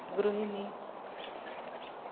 गृहिणी